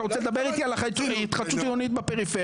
אתה רוצה לדבר איתי על התחדשות עירונית בפריפריה.